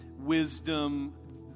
wisdom